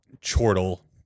chortle